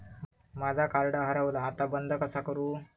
माझा कार्ड हरवला आता बंद कसा करू?